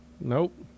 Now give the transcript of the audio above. Nope